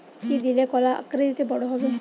কি দিলে কলা আকৃতিতে বড় হবে?